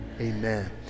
Amen